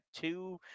two